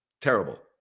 Terrible